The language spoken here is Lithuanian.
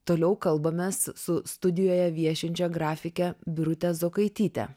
toliau kalbamės su studijoje viešinčia grafike birute zokaityte